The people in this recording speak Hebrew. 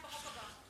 אני בחוק הבא.